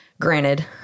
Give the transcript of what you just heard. granted